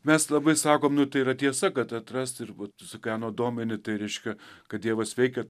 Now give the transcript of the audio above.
mes labai sakom nu tai yra tiesa kad atrast ir vat tu sakai ano domini tai reiškia kad dievas veikia